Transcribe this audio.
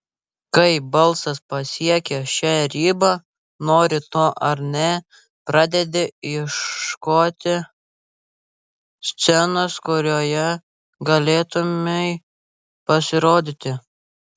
kai balsas pasiekia šią ribą nori to ar ne pradedi ieškoti scenos kurioje galėtumei pasirodyti